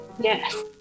Yes